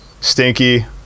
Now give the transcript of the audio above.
Stinky